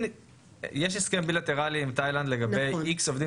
יש הסכם בילטרלי עם תאילנד לגבי כמות עובדים